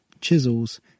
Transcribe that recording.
chisels